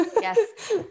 yes